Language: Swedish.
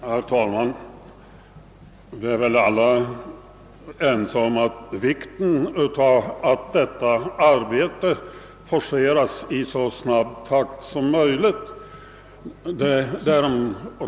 Herr talman! Det råder inga delade meningar om vikten av att detta arbete forceras i så snabb takt som möjligt.